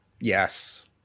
Yes